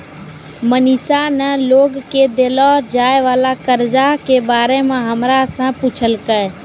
मनीषा ने लोग के देलो जाय वला कर्जा के बारे मे हमरा से पुछलकै